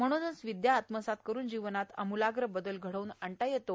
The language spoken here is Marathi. म्हणूनच विद्या आत्मसात करून जिवनात अमुलाग्र बदल घडवून आणता येतो